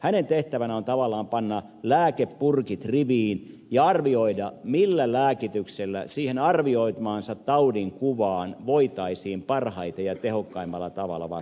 hänen tehtävänään on tavallaan panna lääkepurkit riviin ja arvioida millä lääkityksellä siihen hänen arvioimaansa taudin kuvaan voitaisiin parhaiten ja tehokkaimmalla tavalla vastata